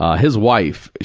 ah his wife,